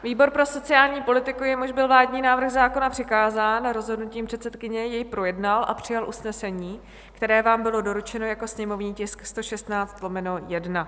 Výbor pro sociální politiku, jemuž byl vládní návrh zákona přikázán rozhodnutím předsedkyně, jej projednal a přijal usnesení, které vám bylo doručeno jako sněmovní tisk 116/1.